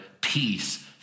peace